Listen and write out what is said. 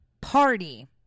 Party